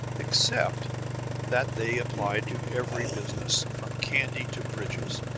except that they applied to every business, from candy to bridges.